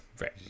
right